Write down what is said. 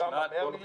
כמה?